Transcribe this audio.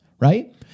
right